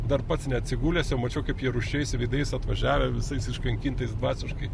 dar pats neatsigulęs jau mačiau kaip jie rūsčiais veidais atvažiavę visais iškankintais dvasiškai